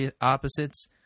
opposites